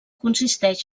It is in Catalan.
consisteix